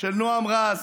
של נועם רז,